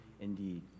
indeed